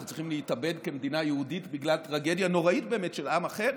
אנחנו צריכים להתאבד כמדינה יהודית בגלל טרגדיה נוראית באמת של עם אחר?